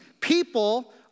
People